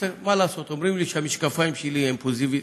ומה לעשות, אומרים לי שהמשקפיים שלי פוזיטיביים,